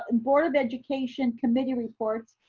ah and board of education committee reports,